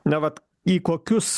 na vat į kokius